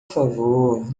favor